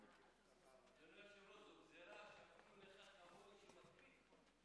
זו גזרה שאפילו אחד כמוני,